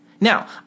Now